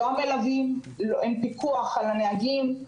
לא המלווים, אין פיקוח על הנהגים.